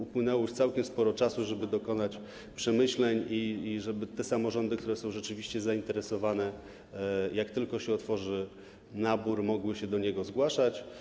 Upłynęło już całkiem sporo czasu, żeby dokonać przemyśleń i żeby te samorządy, które są rzeczywiście zainteresowane - jak tylko otworzy się nabór - mogły się do niego zgłaszać.